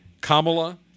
Kamala